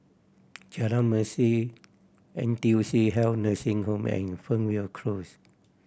Jalan Mesin N T U C Health Nursing Home and Fernvale Close